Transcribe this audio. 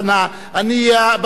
אני אהיה על רשת ההאזנה,